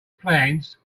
plans